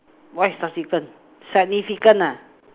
what is subsequent significant ah